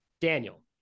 Daniel